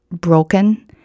broken